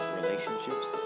relationships